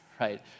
right